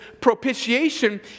propitiation